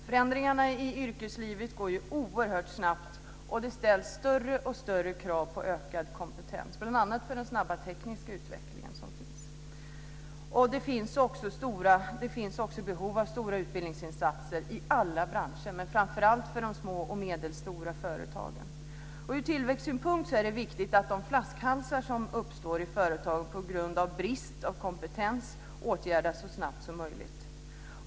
Förändringarna i yrkeslivet går oerhört snabbt och det ställs större och större krav på ökad kompetens, bl.a. på grund av den snabba tekniska utvecklingen. Det finns också behov av stora utbildningsinsatser i alla branscher, men framför allt för de små och medelstora företagen. Ur tillväxtsynpunkt är det viktigt att de flaskhalsar som uppstår i företag på grund av brist på kompetens åtgärdas så snabbt som möjligt.